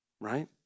right